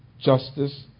justice